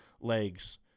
legs